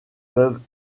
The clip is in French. peuvent